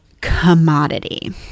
commodity